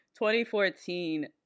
2014